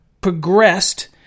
progressed